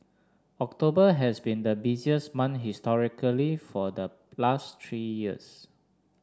October has been the busiest month historically for the last three years